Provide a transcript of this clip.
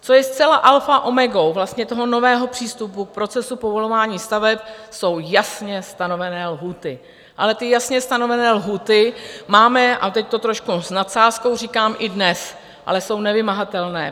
Co je zcela alfou omegou nového přístupu k procesu povolování staveb, jsou jasně stanovené lhůty, ale ty jasně stanovené lhůty máme a teď to trošku s nadsázkou říkám i dnes, ale jsou nevymahatelné.